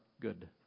good